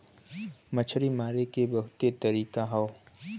मछरी मारे के बहुते तरीका हौ